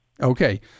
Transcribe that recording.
Okay